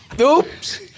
Oops